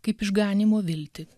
kaip išganymo viltį